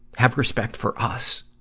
have respect for us,